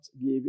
give